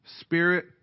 spirit